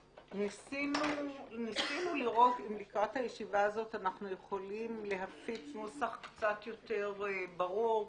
ניסינו לראות אם לקראת הישיבה אנחנו יכולים להפיץ נוסח קצת יותר ברור,